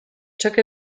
took